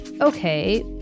Okay